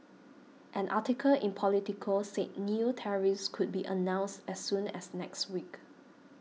an article in Politico said new tariffs could be announced as soon as next week